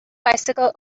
bicycle